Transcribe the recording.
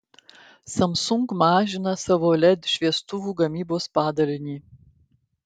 samsung mažina savo led šviestuvų gamybos padalinį